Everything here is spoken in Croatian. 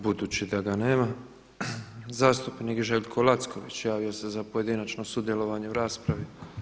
Budući da ga nema, zastupnik Željko Lacković javio se za pojedinačno sudjelovanje u raspravi.